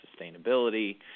sustainability